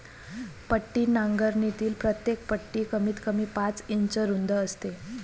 पट्टी नांगरणीतील प्रत्येक पट्टी कमीतकमी पाच इंच रुंद असते